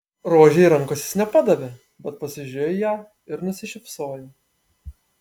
rožei rankos jis nepadavė bet pasižiūrėjo į ją ir nusišypsojo